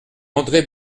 andré